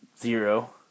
zero